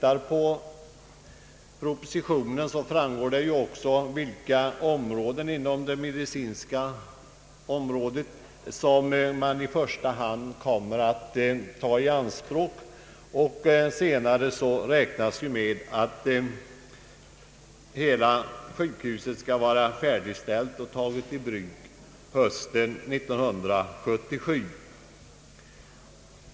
Av propositionen framgår också vilka medicinska områden som i första hand omfattas. Man räknar med att återstående delar av sjukhuset skall vara färdigställt att tas i bruk hösten 1977.